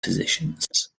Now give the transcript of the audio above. positions